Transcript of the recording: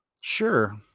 Sure